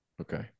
Okay